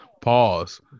Pause